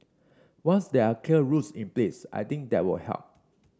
once there are clear rules in place I think that will help